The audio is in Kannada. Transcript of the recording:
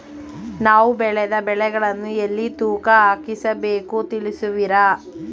ನಾವು ಬೆಳೆದ ಬೆಳೆಗಳನ್ನು ಎಲ್ಲಿ ತೂಕ ಹಾಕಿಸ ಬೇಕು ತಿಳಿಸುವಿರಾ?